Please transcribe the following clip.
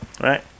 Right